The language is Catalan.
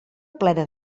plena